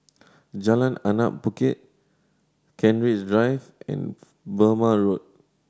Jalan Anak Bukit Kent Ridge Drive and Burmah Road